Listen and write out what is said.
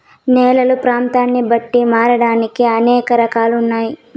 నేలలు ప్రాంతాన్ని బట్టి మారడానికి అనేక కారణాలు ఉన్నాయి